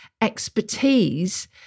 expertise